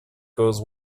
goes